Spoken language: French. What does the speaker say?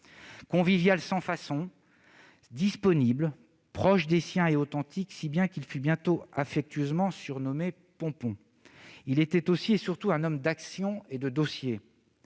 Convivial, sans façons, disponible, proche des siens et authentique, si bien qu'il fut bientôt affectueusement surnommé « Ponpon », il était aussi et surtout un homme d'action et de dossiers,